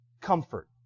comfort